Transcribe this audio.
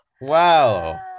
Wow